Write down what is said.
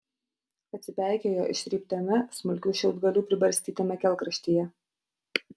atsipeikėjo ištryptame smulkių šiaudgalių pribarstytame kelkraštyje